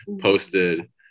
posted